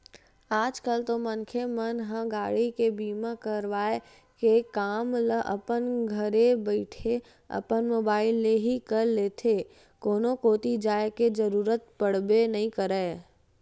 आज कल तो मनखे मन ह गाड़ी के बीमा करवाय के काम ल अपन घरे बइठे अपन मुबाइल ले ही कर लेथे कोनो कोती जाय के जरुरत पड़बे नइ करय